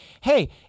Hey